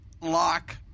lock